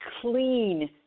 clean